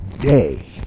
day